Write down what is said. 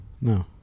No